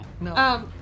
No